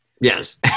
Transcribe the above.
Yes